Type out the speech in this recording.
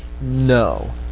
No